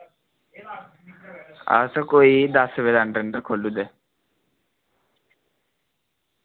अस कोई दस्स बजे दे अंदर अंदर खोल्ली ओड़दे